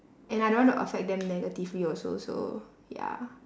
and I don't wanna affect them negatively also so ya